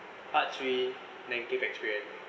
part three negative experience